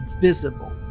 visible